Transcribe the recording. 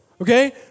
Okay